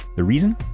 the reason?